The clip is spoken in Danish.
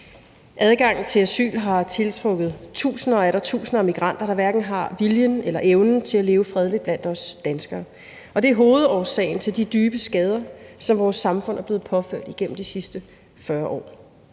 Adgangen til asyl har tiltrukket tusinder og atter tusinder af migranter, der hverken har viljen eller evnen til at leve fredeligt med os danskere. Det er hovedårsagen til de dybe skader, som vores samfund er blevet påført gennem de seneste 40 år.